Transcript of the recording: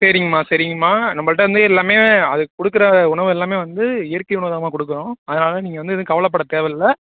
சரிங்கம்மா சரிங்கம்மா நம்பள்கிட்ட வந்து எல்லாமே அதுக்கு கொடுக்கற உணவு எல்லாமே வந்து இயற்கை உணவு தாம்மா கொடுக்கறோம் அதனாலே நீங்கள் வந்து எதுவும் கவலைப்பட தேவையில்ல